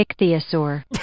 Ichthyosaur